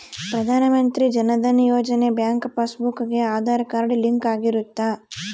ಪ್ರಧಾನ Mantri Jan Dhan Yojana bank passbook ಗೆ Aadhaar card link ಆಗಿರುತ್ತ